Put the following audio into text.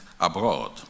abroad